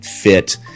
fit